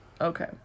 okay